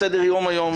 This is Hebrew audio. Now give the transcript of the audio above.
"סדר היום" היום